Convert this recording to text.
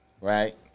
Right